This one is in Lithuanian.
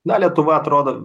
na lietuva atrodo